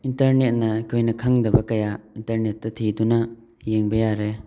ꯏꯟꯇꯔꯅꯦꯠꯅ ꯑꯩꯈꯣꯏꯅ ꯈꯪꯗꯕ ꯀꯌꯥ ꯏꯅꯇꯔꯅꯦꯠꯇ ꯊꯤꯗꯨꯅ ꯌꯦꯡꯕ ꯌꯥꯔꯦ